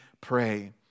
pray